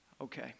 okay